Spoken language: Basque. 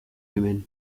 hemen